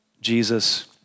Jesus